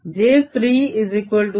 jfree0 H0